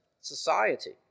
society